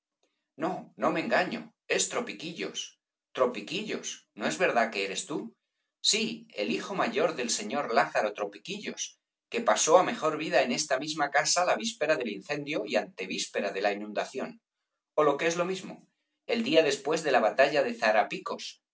no no me engaño es tropiquillos tropiquillos no es verdad que eres tú sí el hijo mayor del señor lázaro tropiquillos que pasó á mejor vida en esta misma casa la víspera del incendio y antevíspera de la inundación ó lo que es lo mismo el día después de la batalla de